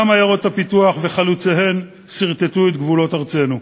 גם עיירות הפיתוח וחלוציהן סרטטו את גבולות ארצנו.